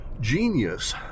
genius